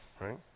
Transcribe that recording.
right